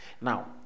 Now